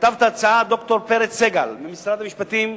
כתב את ההצעה ד"ר פרץ סגל ממשרד המשפטים,